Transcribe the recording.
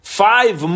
five